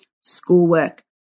schoolwork